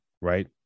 right